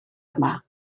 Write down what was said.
yma